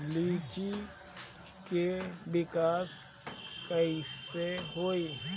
लीची फल में विकास कइसे होई?